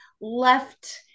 left